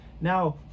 now